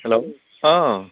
hello ओह